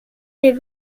est